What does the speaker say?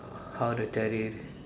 how the terrorist